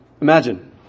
Imagine